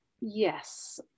yes